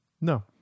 No